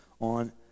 on